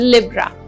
Libra